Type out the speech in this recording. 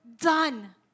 Done